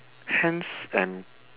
hands and